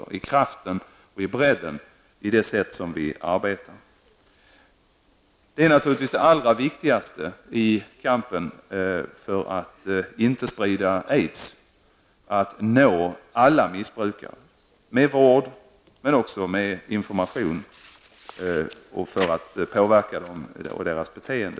Det gäller kraften och bredden i vårt sätt att arbeta. Det allra viktigaste i kampen mot spridning av aids är naturligtvis att man når alla missbrukare med vård men också med information för att kunna påverka dem och deras beteende.